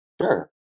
sure